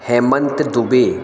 Hemant Dubey